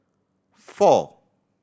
four